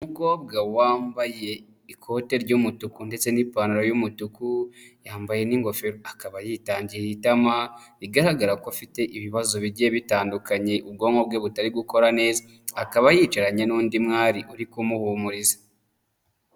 Umukobwa wambaye ikote ry'umutuku ndetse n'ipantaro y'umutuku, yambaye n'ingofero akaba yitangiye itama, bigaragara ko afite ibibazo bigiye bitandukanye ubwonko bwe butari gukora neza. Akaba yicaranye n'undi mwari uri kumuhumuriza.